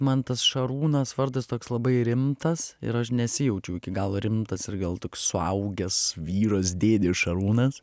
man tas šarūnas vardas toks labai rimtas ir aš nesijaučiau iki galo rimtas ir gal toks suaugęs vyras dėdė šarūnas